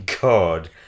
god